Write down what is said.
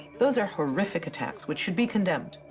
those are horrific attacks, which should be condemned.